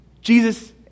Jesus